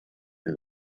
and